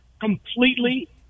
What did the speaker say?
completely